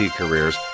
careers